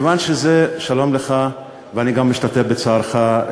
ואני גם משתתף בצערך,